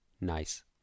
nice